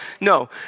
No